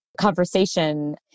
conversation